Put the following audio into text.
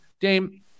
Dame